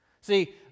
See